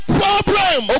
problem